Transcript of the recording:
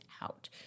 out